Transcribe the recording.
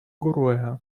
гароуэ